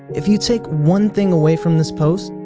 if you take one thing away from this post,